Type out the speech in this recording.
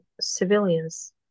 civilians